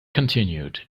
continued